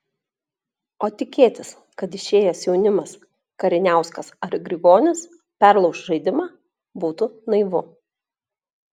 o tikėtis kad išėjęs jaunimas kariniauskas ar grigonis perlauš žaidimą būtų naivu